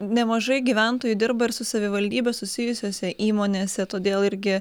nemažai gyventojų dirba ir su savivaldybe susijusiose įmonėse todėl irgi